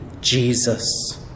Jesus